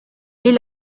est